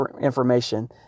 information